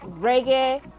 reggae